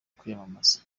kwiyamamaza